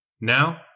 Now